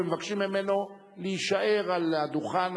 ומבקשים ממנו להישאר על הדוכן,